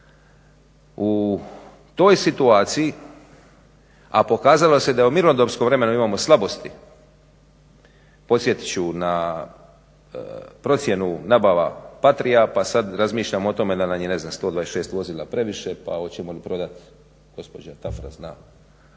U toj situaciji, a pokazalo se da u mirnodopskom vremenu imamo slabosti, podsjetit ću na procjenu nabava Patria pa sada razmišljam o tome da nam je ne znam 126 vozila previše, pa hoćemo li prodati, gospođa TAfra zna